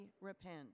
repent